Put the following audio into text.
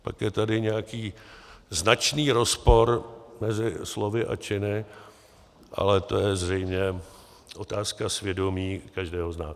Pak je tady nějaký značný rozpor mezi slovy a činy, ale to je zřejmě otázka svědomí každého z nás.